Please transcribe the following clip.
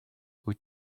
wyt